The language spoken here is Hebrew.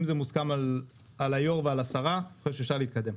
אם זה מוסכם על היו"ר ועל השרה אני חושב שאפשר להתקדם.